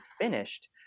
finished